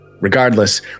Regardless